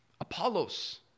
Apollos